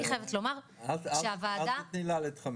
אל תתני לה להתחמק.